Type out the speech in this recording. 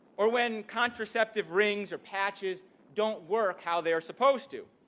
or when contraceptive rings or patches don't work how they are supposed to.